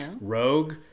rogue